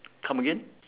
come again